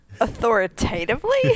authoritatively